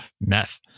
Meth